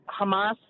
Hamas